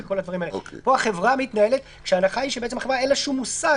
פה החברה מתנהלת כאשר ההנחה היא שלחברה אין שום מושג,